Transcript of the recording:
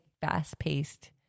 fast-paced